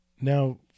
Now